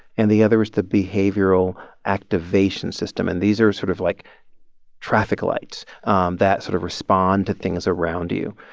and the other is the behavioral activation system. and these are sort of like traffic lights um that sort of respond to things around you.